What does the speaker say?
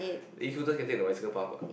Escooter can take the bicycle path what